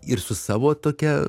ir su savo tokia